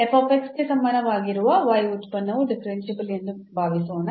ಗೆ ಸಮಾನವಾಗಿರುವ ಉತ್ಪನ್ನವು ಡಿಫರೆನ್ಸಿಬಲ್ ಎಂದು ಭಾವಿಸೋಣ